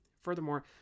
Furthermore